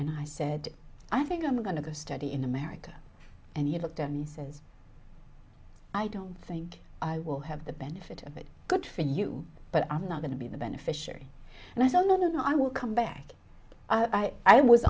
and i said i think i'm going to go study in america and he looked at me says i don't think i will have the benefit of it good for you but i'm not going to be the beneficiary and i don't know no i will come back i was